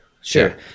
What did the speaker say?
sure